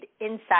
inside